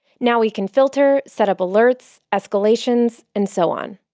now we can filter, set up alerts, escalations, and so on.